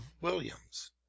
Williams